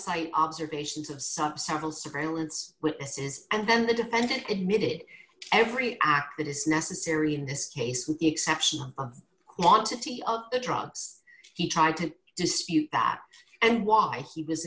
site observations of sub several surveillance witnesses and then the defendant admitted every act that is necessary in this case with the exception of quantity of the drugs he tried to dispute that and why he was